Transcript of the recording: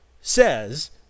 says